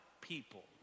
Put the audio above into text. people